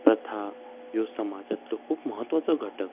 प्रथा ह्यो समाजांतलो खूब म्हत्वाचो घटक